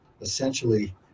essentially